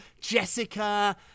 Jessica